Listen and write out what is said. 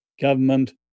government